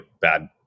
bad